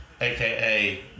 aka